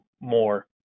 more